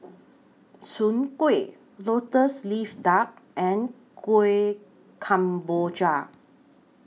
Soon Kueh Lotus Leaf Duck and Kueh Kemboja